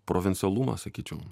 provincialumą sakyčiau